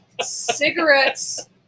cigarettes